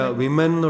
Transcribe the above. women